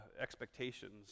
expectations